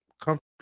comfortable